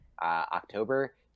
October